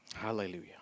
Hallelujah